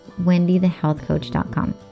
wendythehealthcoach.com